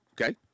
okay